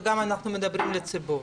ואנחנו גם מדברים לציבור,